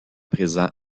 présents